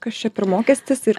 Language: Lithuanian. kas čia per mokestis ir